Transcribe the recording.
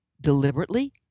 deliberately